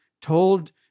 told